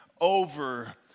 over